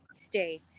Stay